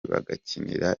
bagakinira